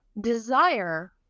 desire